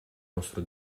nostro